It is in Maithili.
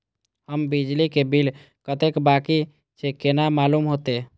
हमर बिजली के बिल कतेक बाकी छे केना मालूम होते?